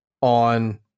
on